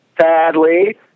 sadly